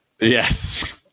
yes